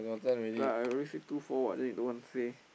ya I already say two four [what] then you don't want say